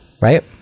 right